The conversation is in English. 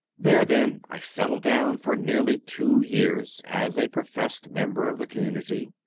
there, then, i settled down for nearly two years as a professed member of the community,